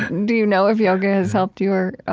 do you know if yoga has helped your?